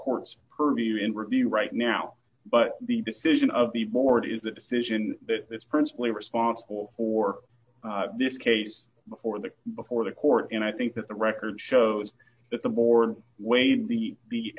court's purview in review right now but the decision of the board is the decision that is principally responsible for this case before the before the court and i think that the record shows that the board weighed the